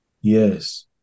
Yes